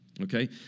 Okay